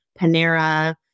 Panera